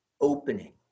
opening